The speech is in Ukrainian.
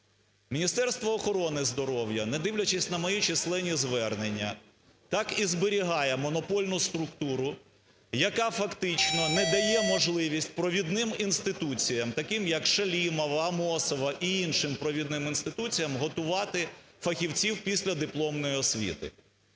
Міністерство охорони здоров'я, не дивлячись на мої численні звернення, так і зберігає монопольну структуру, яка фактично не дає можливість провідним інституціям, таким якШалімова, Амосова і іншим провідним інституціям, готувати фахівців післядипломної освіти.